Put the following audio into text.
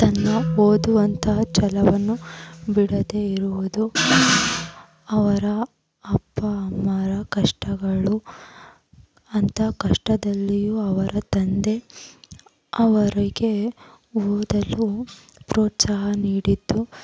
ತನ್ನ ಓದುವಂತಹ ಛಲವನ್ನು ಬಿಡದೆ ಇರುವುದು ಅವರ ಅಪ್ಪ ಅಮ್ಮರ ಕಷ್ಟಗಳು ಅಂಥ ಕಷ್ಟದಲ್ಲಿಯೂ ಅವರ ತಂದೆ ಅವರಿಗೆ ಓದಲು ಪ್ರೋತ್ಸಾಹ ನೀಡಿದ್ದು